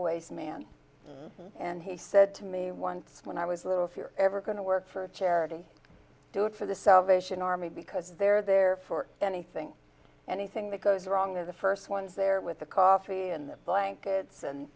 always man and he said to me once when i was little if you're ever going to work for a charity do it for the salvation army because they're there for anything anything that goes wrong or the first ones there with the coffee and the blankets and